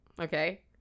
okay